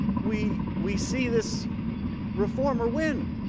we we see this reformer when.